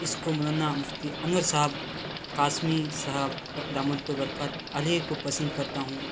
اس کو مولانا مفتی انور صاحب قاسمی صاحب دامت برکاتہ علیہ کو پسند کرتا ہوں